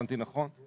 אותו